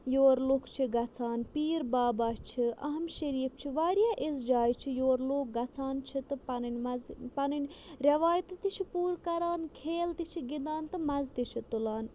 یور لُکھ چھِ گَژھان پیٖر بابا چھِ اَہم شریٖف چھِ واریاہ اِژھ جایہِ چھِ یور لوٗکھ گژھان چھِ تہٕ پَنٕنۍ مَزٕ پَنٕنۍ رٮ۪وایتہٕ تہِ چھِ پوٗرٕ کَران کھیل تہِ چھِ گِنٛدان تہٕ مَزٕ تہِ چھِ تُلان